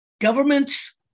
governments